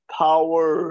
power